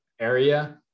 area